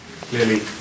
clearly